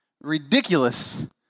ridiculous